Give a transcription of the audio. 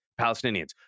Palestinians